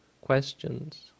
questions